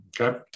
Okay